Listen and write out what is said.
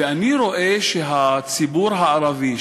ואני רואה שהציבור הערבי,